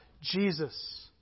Jesus